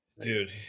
Dude